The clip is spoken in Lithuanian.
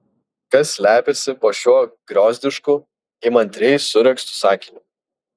kas slepiasi po šiuo griozdišku įmantriai suregztu sakiniu